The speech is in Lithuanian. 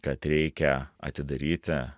kad reikia atidaryti